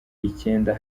icyenda